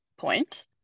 point